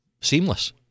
Seamless